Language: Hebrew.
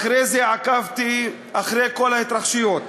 אחרי זה עקבתי אחרי כל ההתרחשויות.